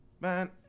man